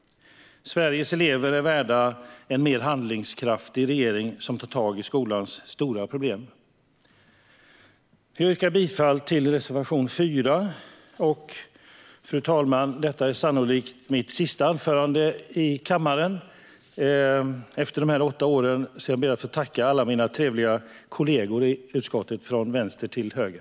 Sveriges elever är värda en mer handlingskraftig regering som tar tag i skolans stora problem. Jag yrkar bifall till reservation 4. Fru talman! Detta är sannolikt mitt sista anförande i kammaren, efter åtta år, så jag ber att få tacka alla mina trevliga kollegor i utskottet, från vänster till höger.